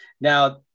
Now